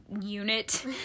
unit